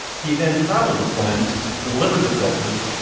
he then traveled to flint, delivered the filters,